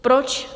Proč...